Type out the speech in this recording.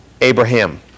Abraham